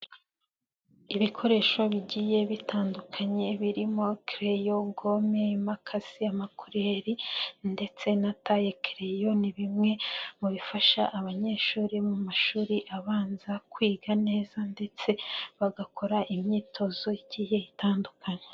Ibikoresho bigiye bitandukanye birimo kereyo, gome, imakasi, amakureri ndetse na taye kereyo ni bimwe mu bifasha abanyeshuri mu mashuri abanza kwiga neza ndetse bagakora imyitozo igiye itandukanye.